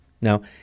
Now